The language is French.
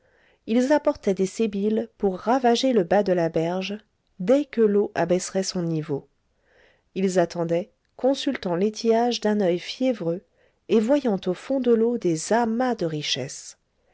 ils apportaient des sébiles pour ravager le bas de la berge dès que l'eau abaisserait son niveau ils attendaient consultant l'étiage d'un oeil fiévreux et voyant au fond de l'eau des amas de richesses